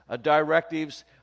directives